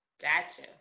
Gotcha